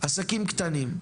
עסקים קטנים,